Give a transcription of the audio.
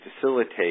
facilitate